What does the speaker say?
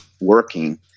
working